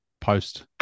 post